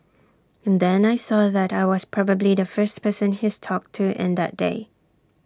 and then I saw that I was probably the first person he's talked to in that day